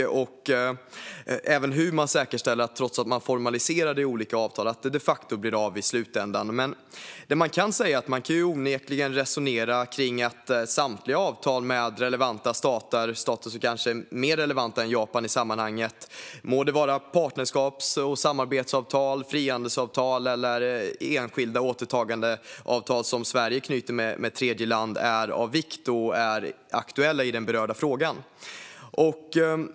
Det gäller även hur man trots att man formaliserar det i olika avtal säkerställer att det de facto blir av i slutändan. Man kan onekligen resonera kring samtliga avtal med relevanta stater - stater som kanske är mer relevanta än Japan i sammanhanget. Det må vara partnerskaps och samarbetsavtal, frihandelsavtal eller enskilda återtagandeavtal som Sverige sluter med tredjeland som är av vikt och är aktuella i den berörda frågan.